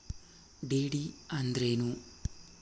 DD ಅಂದ್ರೇನು?